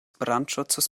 brandschutzes